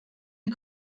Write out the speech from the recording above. die